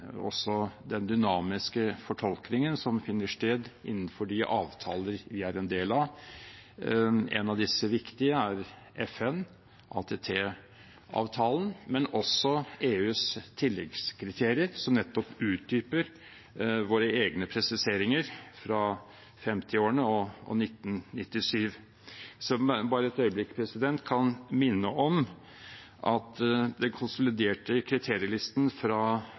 den dynamiske fortolkningen som finner sted innenfor de avtaler vi er en del av. Av de viktige av disse er FNs ATT-avtale og også EUs tilleggskriterier, som nettopp utdyper våre egne presiseringer fra 1950-årene og 1997. Så kan jeg bare ta et øyeblikk og minne om at den konsoliderte kriterielisten fra